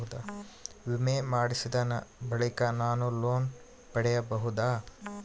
ವಿಮೆ ಮಾಡಿಸಿದ ಬಳಿಕ ನಾನು ಲೋನ್ ಪಡೆಯಬಹುದಾ?